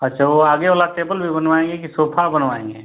अच्छा वो आगे वाला टेबल भी बनवाएंगे की सोफ़ा बनवाएंगे